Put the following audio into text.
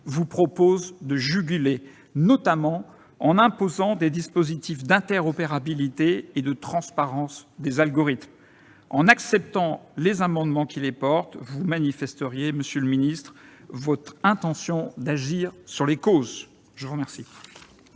vous proposent de juguler, notamment en imposant des dispositifs d'interopérabilité et de transparence des algorithmes. En acceptant les amendements qui les visent, vous manifesteriez, monsieur le secrétaire d'État, votre intention d'agir sur les causes. La parole